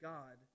God